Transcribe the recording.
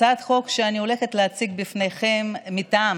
הצעת החוק שאני הולכת להציג בפניכם מטעם